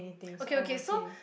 okay okay so